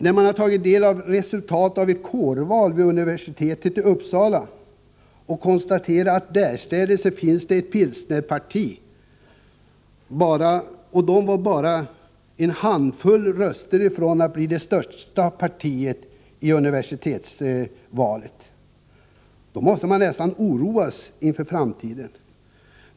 När man har tagit del av resultatet av ett kårval vid universitetet i Uppsala och konstaterat att det därstädes finns ett pilsnerparti, som var bara en handfull röster från att vara det största partiet i valet, måste man nästan oroas inför framtiden.